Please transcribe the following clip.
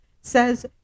says